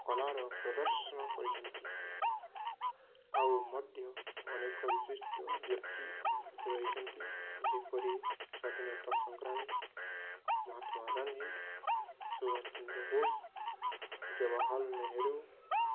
କଳାର ପ୍ରଦର୍ଶନ କରିଛନ୍ତି ଆଉ ମଧ୍ୟ ଅନେକ ବିଶିଷ୍ଟ ବ୍ୟକ୍ତି ରହିଛନ୍ତି ଯେପରି ସ୍ୱାଧୀନତା ସଂଗ୍ରାମୀ ମହାତ୍ମା ଗାନ୍ଧୀ ସୁଭାଷ ଚନ୍ଦ୍ର ବୋଷ ଜବାହାରଲାଲ ନେହେରୁ